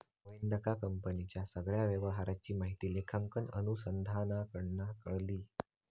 गोविंदका कंपनीच्या सगळ्या व्यवहाराची माहिती लेखांकन अनुसंधानाकडना कळली